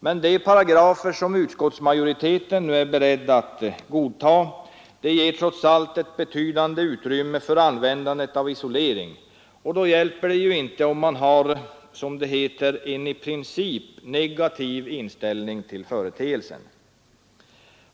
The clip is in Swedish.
Men de paragrafer som utskottsmajoriteten nu är beredd att godta ger trots allt ett betydande utrymme för användandet av isolering, och då hjälper det ju inte om man har ”en i princip starkt negativ inställning” till företeelsen.